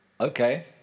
Okay